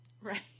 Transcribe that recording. right